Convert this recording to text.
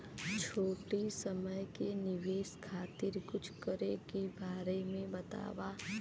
छोटी समय के निवेश खातिर कुछ करे के बारे मे बताव?